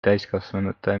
täiskasvanute